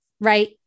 right